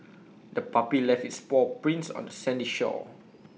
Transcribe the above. the puppy left its paw prints on the sandy shore